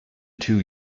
two